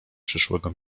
przyszłego